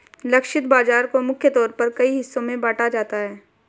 लक्षित बाजार को मुख्य तौर पर कई हिस्सों में बांटा जाता है